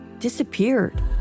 disappeared